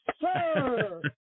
sir